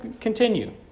continue